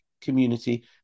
community